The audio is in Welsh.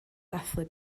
dathlu